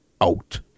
out